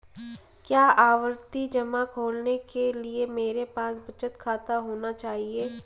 क्या आवर्ती जमा खोलने के लिए मेरे पास बचत खाता होना चाहिए?